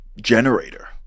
generator